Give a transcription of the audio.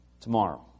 tomorrow